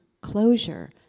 closure